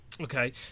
Okay